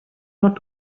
not